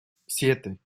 siete